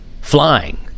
flying